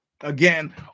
again